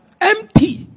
empty